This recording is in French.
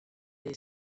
des